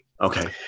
Okay